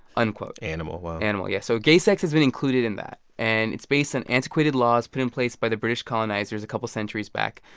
unquote animal. wow animal, yeah. so gay sex has been included in that. that. and it's based on antiquated laws put in place by the british colonizers a couple of centuries back.